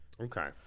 Okay